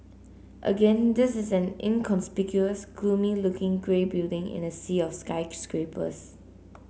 again this is an inconspicuous gloomy looking grey building in a sea of skyscrapers